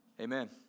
Amen